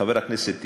חבר הכנסת טיבי,